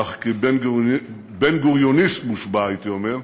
אך כבן-גוריוניסט מושבע, הייתי אומר,